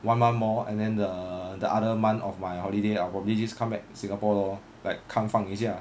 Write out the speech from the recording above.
one month more and then the the other month of my holiday I'll probably just come back to singapore lor like 康放一下